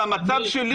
והמצב שלי,